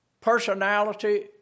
personality